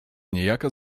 niejaka